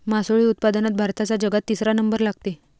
मासोळी उत्पादनात भारताचा जगात तिसरा नंबर लागते